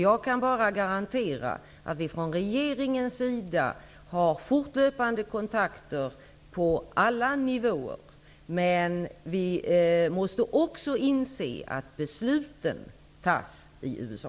Jag kan bara garantera att vi från regeringens sida har fortlöpande kontakter på alla nivåer, men vi måste också inse att besluten fattas i USA.